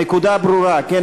הנקודה ברורה, כן?